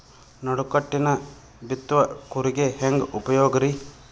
ನಡುಕಟ್ಟಿನ ಬಿತ್ತುವ ಕೂರಿಗೆ ಹೆಂಗ್ ಉಪಯೋಗ ರಿ?